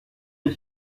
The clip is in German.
ich